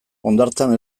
hondartzan